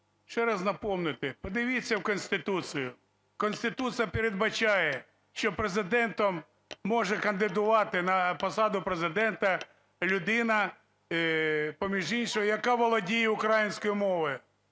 ще раз наповнити, подивіться в Конституцію, Конституція передбачає, що Президентом… може кандидувати на посаду Президента людина, поміж іншим яка володіє українською мовою.